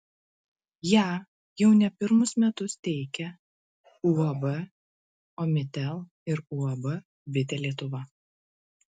ją jau ne pirmus metus teikia uab omnitel ir uab bitė lietuva